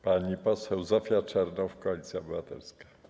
Pani poseł Zofia Czernow, Koalicja Obywatelska.